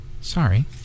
Sorry